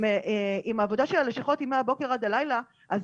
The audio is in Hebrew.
אם העבודה של הלשכות היא מהבוקר עד הלילה אז